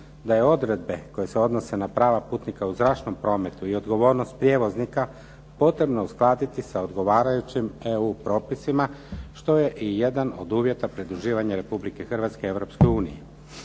da je odredbe koje se odnose na prava putnika u zračnom prometu i odgovornost prijevoznika potrebno uskladiti sa odgovarajućim EU propisima, što je i jedan od uvjeta pridruživanja Republike Hrvatske